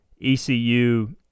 ECU